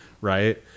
right